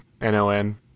N-O-N